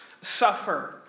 suffer